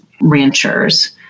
ranchers